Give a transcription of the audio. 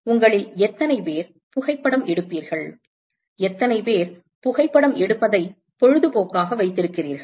உங்களில் எத்தனை பேர் புகைப்படம் எடுப்பீர்கள் எத்தனை பேர் புகைப்படம் எடுப்பதை பொழுதுபோக்காக வைத்திருக்கிறீர்கள்